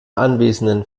anwesenden